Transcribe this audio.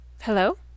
Hello